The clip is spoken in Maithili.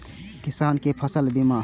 किसान कै फसल बीमा?